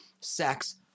sex